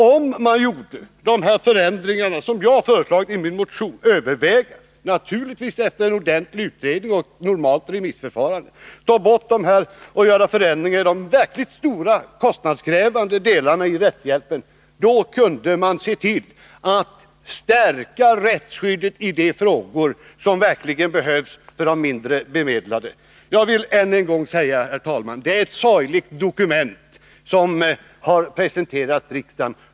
Om man, naturligtvis efter en ordentlig utredning och ett normalt remissförfarande, övervägde att företa de förändringar som jag har föreslagit i min motion och tog bort de verkligt stora och kostnadskrävande delarna av rättshjälpen, kunde man stärka rättshjälpen i de fall där den verkligen behövs för de mindre bemedlade. Det är — jag säger det än en gång — ett sorgligt dokument som har presenterats riksdagen.